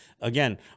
Again